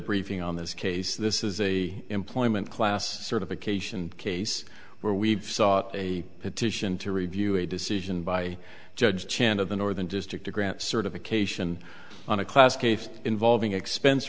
briefing on this case this is a employment class certification case where we've sought a petition to review a decision by judge chan of the northern district to grant certification on a class case involving expense